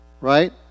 right